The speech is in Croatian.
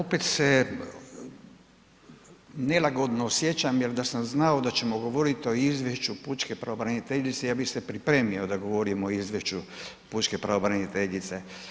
Da, opet se nelagodno osjećam jer da sam znao da ćemo govoriti o izvješću pučke pravobraniteljice, ja bih se pripremio da govorim o izvješću pučke pravobraniteljice.